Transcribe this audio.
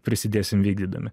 prisidėsim vykdydami